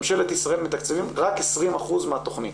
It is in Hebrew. ממשלת ישראל מתקצבים רק 20% מהתכנית,